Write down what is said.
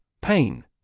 pain